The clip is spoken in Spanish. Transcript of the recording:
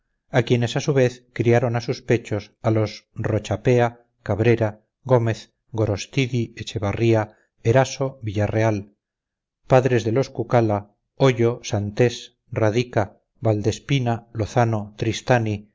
ladrón quienes a su vez criaron a sus pechos a los rochapea cabrera gómez gorostidi echevarría eraso villarreal padres de los cucala ollo santés radica valdespina lozano tristany y